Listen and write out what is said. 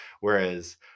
whereas